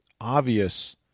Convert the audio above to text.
obvious